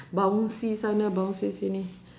bouncy sana bouncy sini